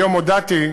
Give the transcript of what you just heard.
היום הודעתי,